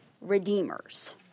redeemers